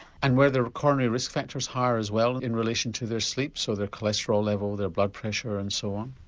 and were the coronary risk factors higher as well in relation to their sleep so their cholesterol level, their blood pressure and so on?